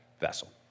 vessel